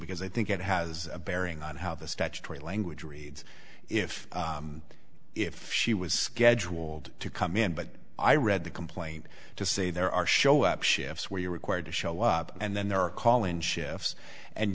because i think it has a bearing on how the statutory language reads if if she was scheduled to come in but i read the complaint to say there are show up shifts where you are required to show up and then there are call in shifts and